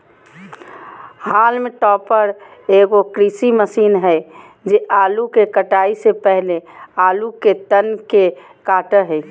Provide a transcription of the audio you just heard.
haulm topper एगो कृषि machine हइ जे आलू के कटाई से पहले आलू के तन के काटो हइ